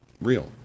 real